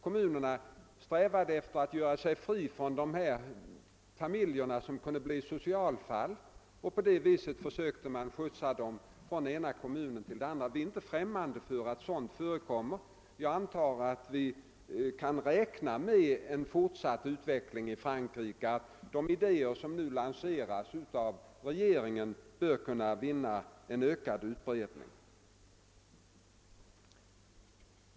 Kommunerna strävade efter att göra sig fria från familjer som kunde bli socialfall och därför skjutsades dessa familjer från den ena kommunen till den andra. Vi är alltså inte främmande för att sådant förekommer. Jag antar emellertid att vi kan räkna med en fortsatt utveckling till det bättre i Frankrike och att de idéer som nu lanseras av regeringen skall vinna ökad utbredning.